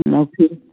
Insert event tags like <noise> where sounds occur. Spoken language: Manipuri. <unintelligible>